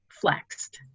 flexed